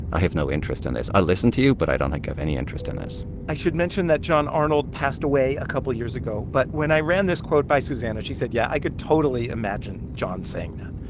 i have no interest in this. i'll listen to you, but i don't like have any interest in this i should mention that john arnold passed away a couple years ago. but when i ran this quote by susannah, she said, yeah, i could totally imagine john saying that.